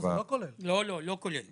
לא, זה לא כולל.